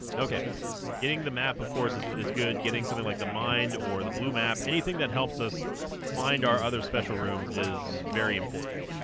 okay getting the map of course is is good getting something like the mind or the blue map anything that helps us find our other special rooms is very important